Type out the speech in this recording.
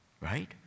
Right